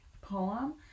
poem